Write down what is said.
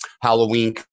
Halloween